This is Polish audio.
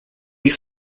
ich